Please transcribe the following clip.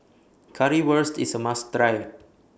Currywurst IS A must Try